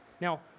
Now